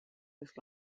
this